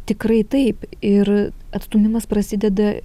tikrai taip ir atstūmimas prasideda